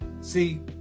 See